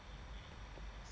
this friday ah